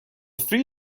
three